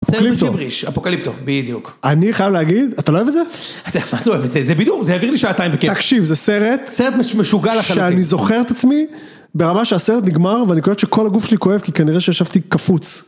אפוקליפטור. אפוקליפטור, בדיוק. אני חייב להגיד, אתה לא אוהב את זה? אתה מה זה אוהב את זה, זה בידור, זה העביר לי שעתיים בכיף. תקשיב, זה סרט. סרט משוגע לחלוטין. שאני זוכר את עצמי, ברמה שהסרט נגמר, ואני קולט שכל הגוף שלי כואב, כי כנראה שישבתי קפוץ.